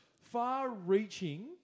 far-reaching